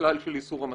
הכלל של איסור המתנות.